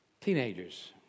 Teenagers